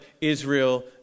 Israel